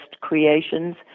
creations